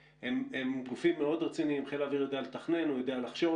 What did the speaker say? חיל האוויר יודע לתכנן, הוא יודע לחשוב